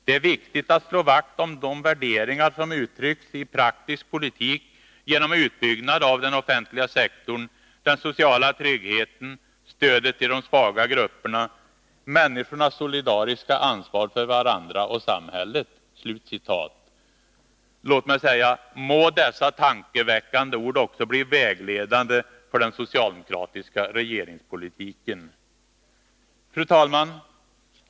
Det är viktigt att slå vakt om de värderingar, som uttryckts i praktisk politik genom utbyggnad av den offentliga sektorn: den sociala tryggheten, stöd till de svaga grupperna, människornas solidariska ansvar för varandra och samhället.” Låt mig säga: Må dessa tankeväckande ord också bli vägledande för den socialdemokratiska regeringspolitiken! Fru talman!